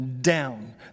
down